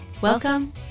Welcome